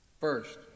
first